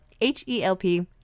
H-E-L-P